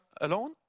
alone